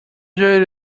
جایی